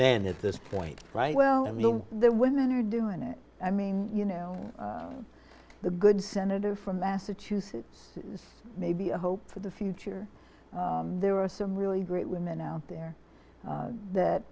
men at this point right well look the women are doing it i mean you know the good senator from massachusetts maybe a hope for the future there are some really great women out there that